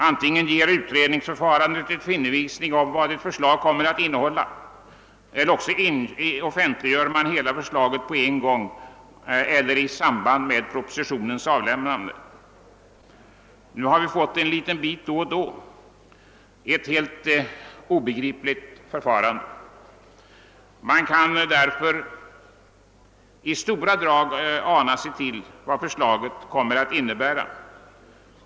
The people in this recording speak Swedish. Antingen ger utredningsförfarandet en fingervisning om vad ett förslag kommer att innehålla eller också offentliggör man hela förslaget på en gång, t.ex. i samband med avlämnandet av en proposition. Nu har vi fått en liten bit då och då — ett helt obegripligt förfarande. Man kan därför i stora drag ana sig till vad förslaget kommer att innebära.